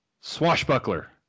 Swashbuckler